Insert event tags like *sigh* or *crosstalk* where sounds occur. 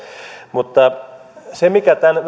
mutta tällä *unintelligible*